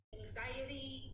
anxiety